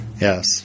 Yes